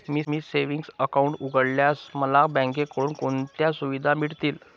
मी savings account उघडल्यास मला बँकेकडून कोणत्या सुविधा मिळतील?